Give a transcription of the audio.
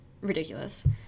ridiculous